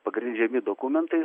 pagrindžiami dokumentais